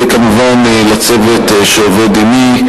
וכמובן לצוות שעובד עמי,